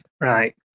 right